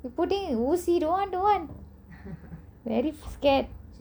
இப்புடி ஊசி:ippudi oosi don't want very scared